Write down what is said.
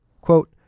Quote